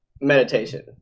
meditation